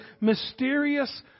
mysterious